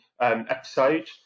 episode